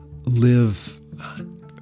live